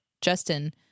justin